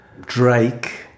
Drake